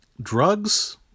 drugs